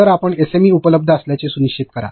तर आपल्या एसएमई उपलब्ध असल्याचे सुनिश्चित करा